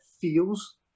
feels